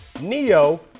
Neo